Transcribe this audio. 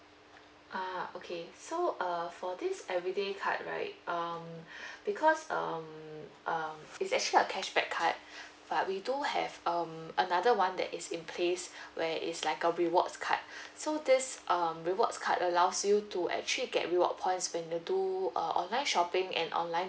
ah okay so err for this everyday card right um because um um it's actually a cashback card but we do have um another one that is in place where it's like a rewards card so this um rewards card allows you to actually get you upon spending through uh online shopping and online